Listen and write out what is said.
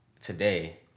today